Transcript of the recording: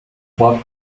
hoher